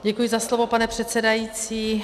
Děkuji za slovo, pane předsedající.